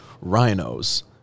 Rhinos